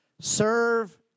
serve